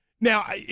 Now